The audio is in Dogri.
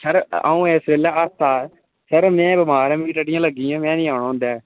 सर अ'ऊं इस बैल्ले हस्तताल सर मै बमार आं मिगी टट्टियां लग्गी दियां मै नी आन होंदा ऐ